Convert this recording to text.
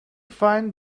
find